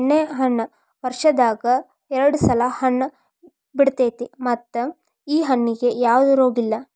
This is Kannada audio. ಬೆಣ್ಣೆಹಣ್ಣ ವರ್ಷದಾಗ ಎರ್ಡ್ ಸಲಾ ಹಣ್ಣ ಬಿಡತೈತಿ ಮತ್ತ ಈ ಹಣ್ಣಿಗೆ ಯಾವ್ದ ರೋಗಿಲ್ಲ